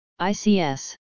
ICS